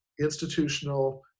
institutional